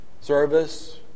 service